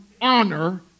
honor